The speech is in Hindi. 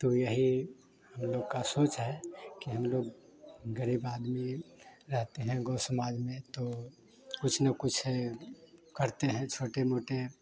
तो यही हम लोग का सोच है कि हम लोग ग़रीब आदमी रहते हैं गौ समाज में तो कुछ ना कुछ है करते हैं छोटे मोटे